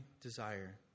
desire